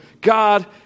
God